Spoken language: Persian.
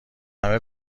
همه